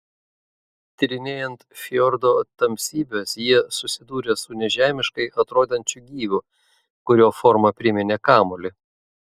tyrinėjant fjordo tamsybes jie susidūrė su nežemiškai atrodančiu gyviu kurio forma priminė kamuolį